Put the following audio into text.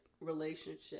relationship